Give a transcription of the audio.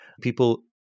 People